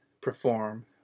perform